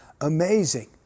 amazing